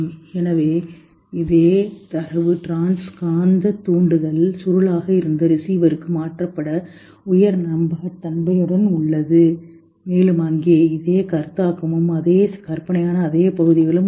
எனவே இதே தரவு டிரான்ஸ் காந்த தூண்டுதல் சுருளாக இருந்த ரிசீவருக்கு மாற்றப்பட்ட உயர் நம்பகத்தன்மையுடன் உள்ளது மேலும் இங்கே அதே கருத்தாக்கமும் அதே கற்பனையான அதே பகுதிகளும் உள்ளன